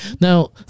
Now